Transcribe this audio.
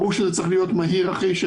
ברור שזה צריך להיות הכי מהר שאפשר